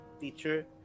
teacher